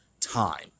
time